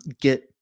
get –